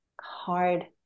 hard